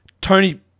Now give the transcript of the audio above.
Tony